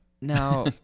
now